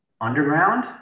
underground